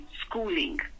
schooling